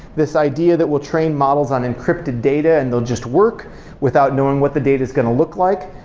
this idea that will train models on encrypted data and they'll just work without knowing what the data is going to look like.